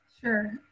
Sure